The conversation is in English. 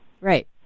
Right